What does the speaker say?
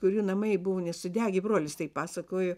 kurių namai buvo nesudegę brolis taip pasakojo